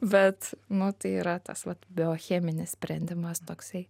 bet nu tai yra tas vat biocheminis sprendimas toksai